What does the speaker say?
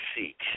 seek